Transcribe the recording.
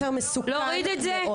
להוריד את זה.